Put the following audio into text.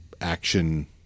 action